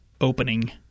opening